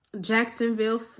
Jacksonville